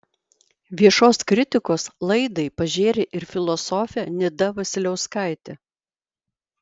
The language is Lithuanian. viešos kritikos laidai pažėrė ir filosofė nida vasiliauskaitė